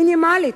מינימלית.